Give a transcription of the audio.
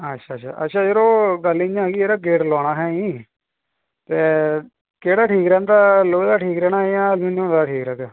अच्छा अच्छा अच्छा यरो गल्ल इ'यां ही यरा गेट लोआना ही असें ते केह्ड़ा ठीक रौंहदा लोहे दा ठीक रैह्ना जां एल्मुनियम दा ठीक रैह्ना